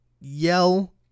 yell